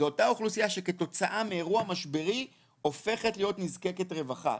זו אותה אוכלוסייה שכתוצאה מאירוע משברי הופכת להיות נזקקת רווחה.